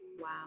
Wow